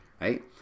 right